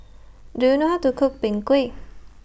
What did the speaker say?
Do YOU know How to Cook Png Kueh